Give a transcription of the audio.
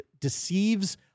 deceives